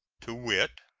to wit